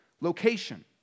location